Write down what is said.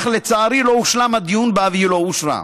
אך לצערי לא הושלם הדיון בה והיא לא אושרה.